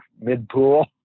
mid-pool